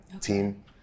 team